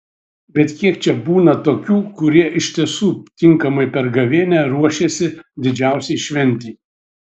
bet kiek čia būna tokių kurie iš tiesų tinkamai per gavėnią ruošėsi didžiausiai šventei